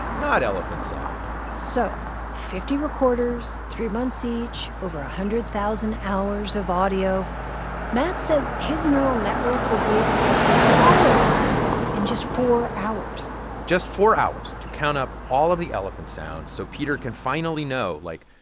not elephant sound so fifty recorders, three months each, over one hundred thousand hours of audio matt says his neural network will be able to get through all of that in just four hours just four hours to count up all of the elephant sounds so peter can finally know, like,